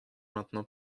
maintenant